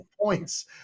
points